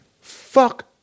Fuck